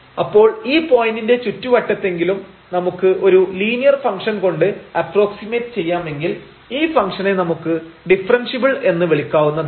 അപ്പോൾ ഈ പോയിന്റിന്റെ ചുറ്റുവട്ടത്തെങ്കിലും നമുക്ക് ഒരു ലീനിയർ ഫംഗ്ഷൻ കൊണ്ട് അപ്പ്രോക്സിമെറ്റ് ചെയ്യാമെങ്കിൽ ഈ ഫംഗ്ഷനെ നമുക്ക് ഡിഫറൻഷ്യബിൾ എന്ന് വിളിക്കാവുന്നതാണ്